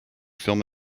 film